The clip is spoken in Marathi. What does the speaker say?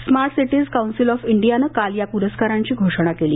स्मार्ट सिटीज काउन्सिल ऑफ इंडियानं काल या पूरस्कारांची घोषणा केली